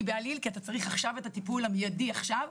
בעליל כי אתה צריך את הטיפול המיידי עכשיו,